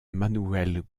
manuel